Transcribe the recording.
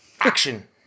Action